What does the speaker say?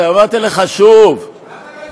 אמרתי לך, שוב, למה לא הסכמת?